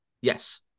Yes